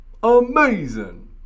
AMAZING